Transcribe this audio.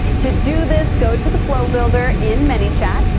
to do this, go to the flow builder in manychat,